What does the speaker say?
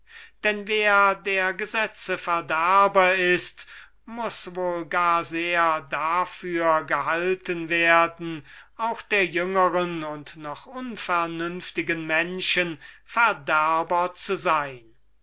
denn wer der gesetze verderber ist muß wohl gar sehr dafür gehalten werden auch der jüngeren und noch unvernünftigen menschen verderber zu sein